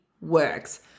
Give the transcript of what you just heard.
works